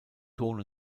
ton